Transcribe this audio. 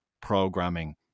programming